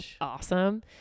awesome